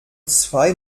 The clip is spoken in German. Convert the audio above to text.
zwei